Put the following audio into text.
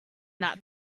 that